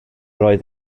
oedd